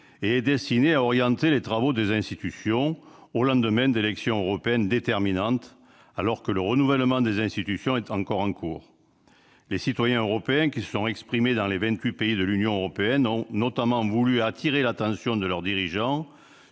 et est destiné à orienter les travaux des institutions, au lendemain d'élections européennes déterminantes, alors que le renouvellement des institutions est encore en cours. Les citoyens européens, qui se sont exprimés dans les vingt-huit pays de l'Union européenne, ont notamment voulu attirer l'attention de leurs dirigeants